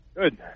Good